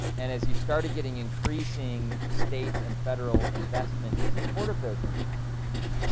and as you started getting increasing state and federal investment in support of those institutions,